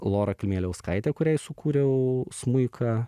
lora kmieliauskaitė kuriai sukūriau smuiką